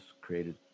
Created